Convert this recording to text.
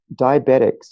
diabetics